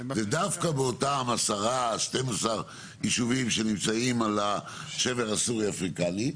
זה דווקא באותם 10-12 ישובים שנמצאים על השבר הסורי-אפריקני,